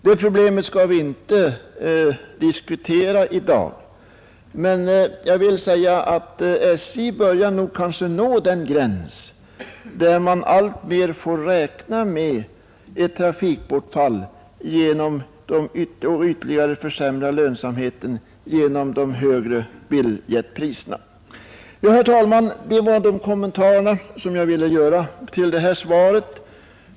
Det problemet skall vi inte diskutera i dag; jag vill bara säga att SJ börjar kanske nå den gräns där man får räkna med ett allt större trafikbortfall och ytterligare försämrad lönsamhet på grund av de höga biljettpriserna. Herr talman! Detta var de kommentarer som jag ville göra till svaret.